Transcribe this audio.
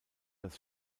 das